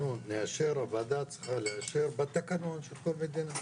הוועדה צריכה לאשר בתקנון של כל מדינה.